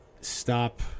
stop